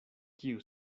kiu